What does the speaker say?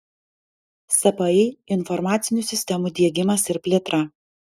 spį informacinių sistemų diegimas ir plėtra